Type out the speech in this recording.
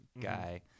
guy